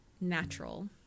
natural